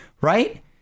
Right